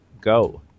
go